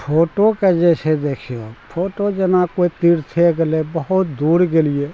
फोटोके जे छै देखियौ फोटो जेना कोइ तीर्थे गेलै बहुत दूर गेलियै